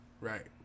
right